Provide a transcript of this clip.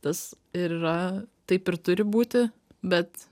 tas ir yra taip ir turi būti bet